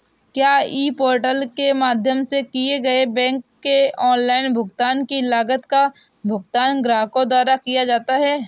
क्या ई पोर्टल के माध्यम से किए गए बैंक के ऑनलाइन भुगतान की लागत का भुगतान ग्राहकों द्वारा किया जाता है?